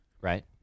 Right